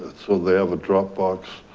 so they have a dropbox.